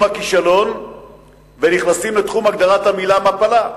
הכישלון ונכנסים לתחום הגדרת המלה מפלה.